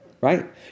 Right